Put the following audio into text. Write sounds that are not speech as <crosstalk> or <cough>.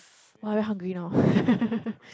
<noise> !wah! very hungry now <laughs>